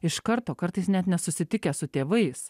iš karto kartais net nesusitikę su tėvais